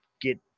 get